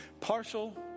Partial